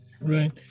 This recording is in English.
Right